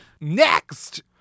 Next